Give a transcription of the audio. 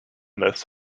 this